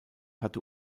hatte